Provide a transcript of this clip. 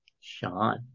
Sean